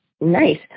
Nice